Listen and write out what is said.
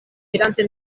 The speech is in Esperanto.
vidante